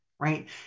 Right